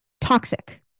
toxic